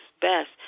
best